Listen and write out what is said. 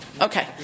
Okay